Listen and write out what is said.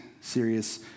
serious